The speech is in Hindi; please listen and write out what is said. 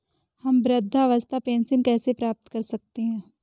हम वृद्धावस्था पेंशन कैसे प्राप्त कर सकते हैं?